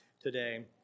today